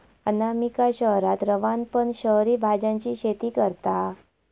अनामिका शहरात रवान पण शहरी भाज्यांची शेती करता